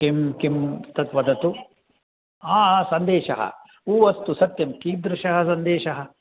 किं किं तत् वदतु आ आ सन्देशः ऊ अस्तु सत्यं कीदृशः सन्देशः